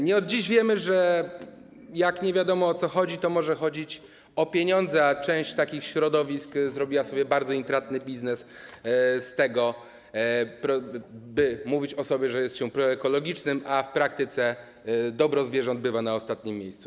Nie od dziś wiemy, że jak nie wiadomo, o co chodzi, to może chodzić o pieniądze, a część środowisk zrobiła sobie bardzo intratny biznes z tego, by mówić o sobie, że jest się proekologicznym, a w praktyce dobro zwierząt bywa na ostatnim miejscu.